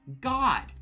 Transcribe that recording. God